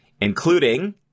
including